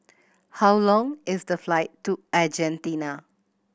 how long is the flight to Argentina